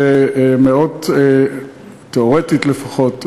תיאורטית לפחות,